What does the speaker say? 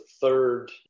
third